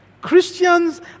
Christians